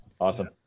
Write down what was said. Awesome